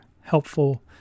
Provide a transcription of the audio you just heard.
helpful